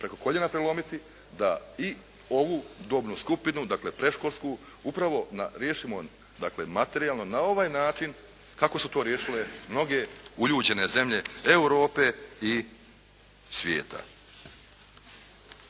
preko koljena prelomiti da i ovu dobnu skupinu, dakle predškolsku upravo riješimo materijalno na ovaj način kako su to riješile mnoge uljuđene zemlje Europe i svijeta.